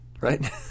right